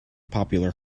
popular